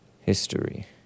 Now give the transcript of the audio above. history